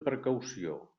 precaució